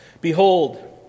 Behold